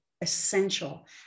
essential